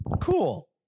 Cool